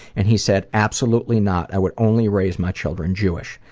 and he said, absolutely not. i would only raise my children jewish.